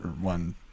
one